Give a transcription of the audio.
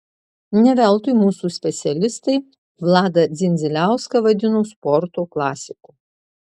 ne veltui mūsų specialistai vladą dzindziliauską vadino sporto klasiku